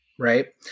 Right